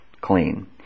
Clean